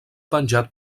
penjat